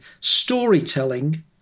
storytelling